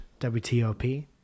WTOP